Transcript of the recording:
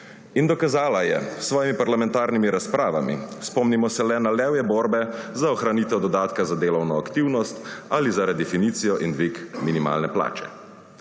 in dokazala je s svojimi parlamentarnimi razpravami. Spomnimo se le na levje borbe za ohranitev dodatka za delovno aktivnost ali za redefinicijo in dvig minimalne plače.